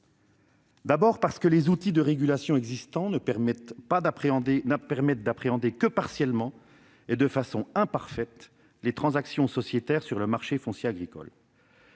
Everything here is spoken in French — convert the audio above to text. d'abord, les outils de régulation existants ne permettent d'appréhender que partiellement et de façon imparfaite les transactions sociétaires sur le marché foncier agricole.